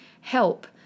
help